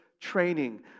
training